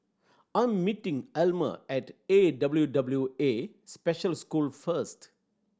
I'm meeting Almer at A W W A Special School first